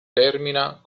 termina